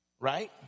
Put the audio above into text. Right